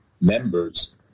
members